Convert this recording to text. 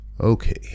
Okay